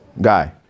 guy